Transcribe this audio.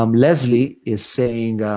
um leslie is saying,